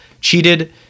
cheated